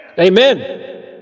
Amen